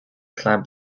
clamp